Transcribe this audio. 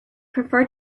prefer